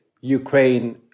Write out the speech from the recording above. Ukraine